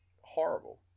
horrible